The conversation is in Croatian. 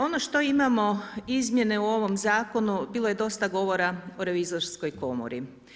Ono što imamo izmjene u ovom zakonu, bilo je dosta govora o revizorskoj komori.